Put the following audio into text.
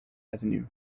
avenue